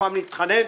שוב נתחנן,